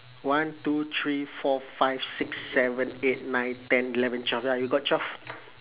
one two three four five six seven eight nine ten eleven twelve ya we got twelve